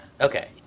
okay